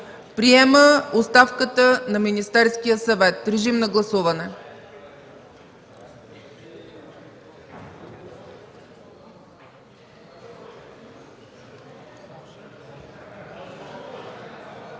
Приема оставката на Министерския съвет.” Моля, гласувайте.